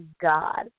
God